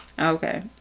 okay